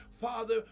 Father